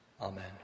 Amen